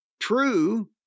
true